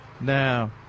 Now